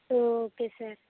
okay sir